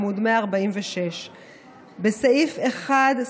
עמ' 146. בסעיף 1(1)